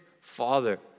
father